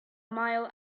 mile